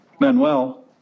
Manuel